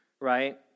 right